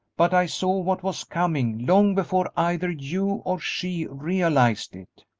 but i saw what was coming long before either you or she realized it.